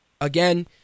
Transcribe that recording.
again